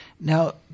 Now